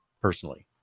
personally